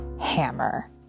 hammer